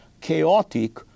chaotic